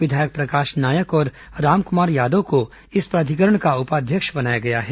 विधायक प्रकाश नायक और रामक्मार यादव को इस प्राधिकरण का उपाध्यक्ष बनाया गया है